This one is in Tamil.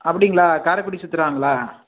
அப்படிங்களா காரைக்குடி சித்ராங்களா